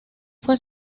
fue